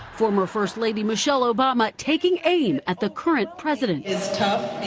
former first lady michelle obama taking aim at the current president. it's tough.